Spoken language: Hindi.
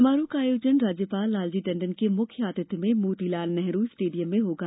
समारोह का आयोजन राज्यपाल लालजी टण्डन के मुख्य आतिथ्य में मोतीलाल नेहरु स्टेडियम में होगा